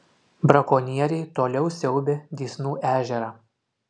brakonieriai toliau siaubia dysnų ežerą